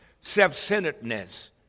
self-centeredness